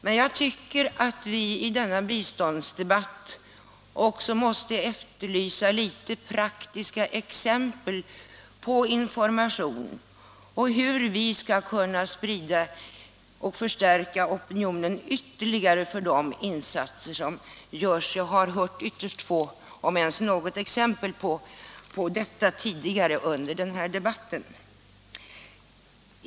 Men jag tycker att vi i denna biståndsdebatt också måste efterlysa litet praktiska exempel på information och upplysning om hur vi skall kunna sprida den och väcka opinionen ytterligare för de insatser som görs. Jag har hört ytterst få, om ens något, exempel på detta tidigare under den här debatten.